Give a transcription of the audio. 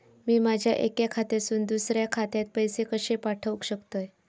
मी माझ्या एक्या खात्यासून दुसऱ्या खात्यात पैसे कशे पाठउक शकतय?